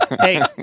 Hey